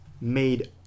made